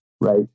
right